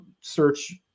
search